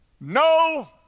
No